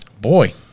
boy